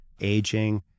aging